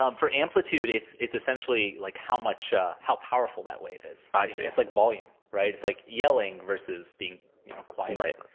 um for amplitude, it's it's essentially like how much how powerful that wave is. i see. it's like volume, right? it's like yelling versus being quiet. right.